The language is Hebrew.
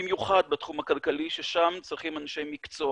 במיוחד בתחום הכלכלי ששם צריכים אנשי מקצוע,